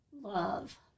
Love